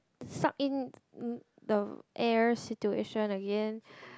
suck in the air situation again